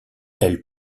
elle